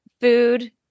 food